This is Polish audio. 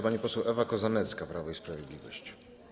Pani poseł Ewa Kozanecka, Prawo i Sprawiedliwość.